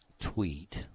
tweet